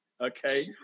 okay